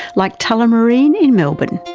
like tullamarine in melbourne.